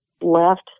left